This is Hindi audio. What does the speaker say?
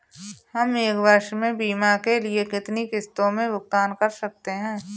हम एक वर्ष में बीमा के लिए कितनी किश्तों में भुगतान कर सकते हैं?